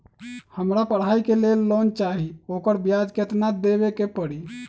हमरा पढ़ाई के लेल लोन चाहि, ओकर ब्याज केतना दबे के परी?